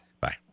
Bye